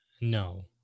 no